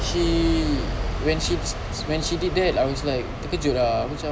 she when she when she did that I was like terkejut ah aku cam